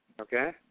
Okay